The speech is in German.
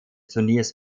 turniers